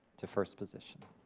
to first position.